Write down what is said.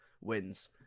Wins